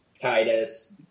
Titus